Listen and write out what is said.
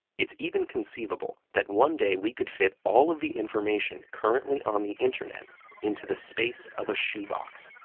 it's even conceivable that one day we could fit all of the information currently on the internet into the space of a shoe box.